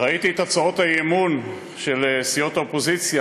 ראיתי את הצעות האי-אמון של סיעות האופוזיציה